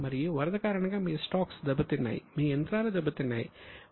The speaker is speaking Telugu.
మరియు వరద కారణంగా మీ స్టాక్స్ దెబ్బతిన్నాయి మీ యంత్రాలు దెబ్బతిన్నాయి